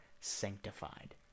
sanctified